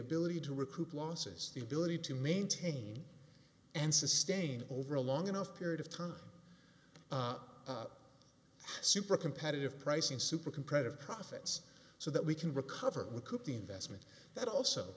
ability to recoup losses the ability to maintain and sustain over a long enough period of time super competitive pricing super competitive profits so that we can recover with kooky investment that also